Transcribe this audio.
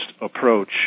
approach